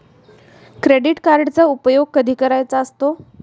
Credit कार्डचा उपयोग कधी करायचा असतो?